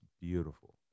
beautiful